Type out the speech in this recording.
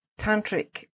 tantric